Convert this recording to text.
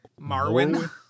Marwin